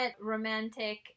romantic